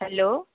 hello